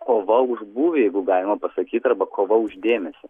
kova už būvį jeigu galima pasakyt arba kova už dėmesį